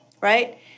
right